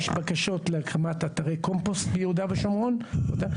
יש בקשות להקמת אתרי קומפוט ביהודה ושומרון.